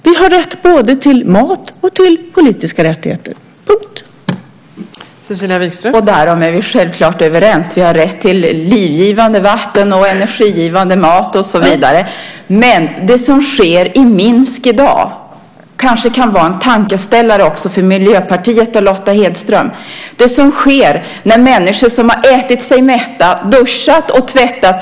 Vi har rätt både till mat och till politiska rättigheter - punkt!